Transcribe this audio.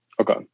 okay